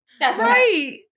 Right